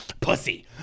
pussy